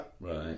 Right